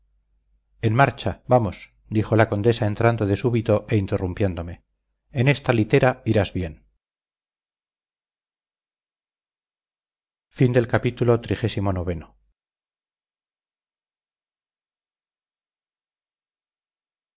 en marcha vamos dijo la condesa entrando de súbito e interrumpiéndome en esta litera irás bien